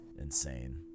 insane